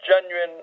genuine